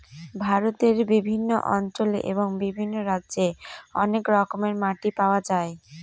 ভারতের বিভিন্ন অঞ্চলে এবং বিভিন্ন রাজ্যে অনেক রকমের মাটি পাওয়া যায়